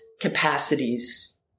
capacities